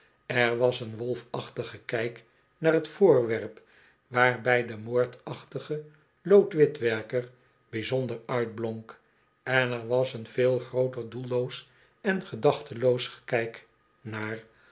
er was een wolfachtig gekh'k naar t voorwerp waarbij de moordachtige loodwitwerker bijzonder uitblonk en er was een veel grooter doelloos en gedachteloos gekijk naar